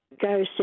go